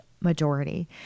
majority